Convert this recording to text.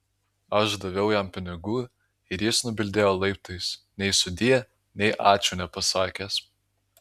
aš daviau jam pinigų ir jis nubildėjo laiptais nei sudie nei ačiū nepasakęs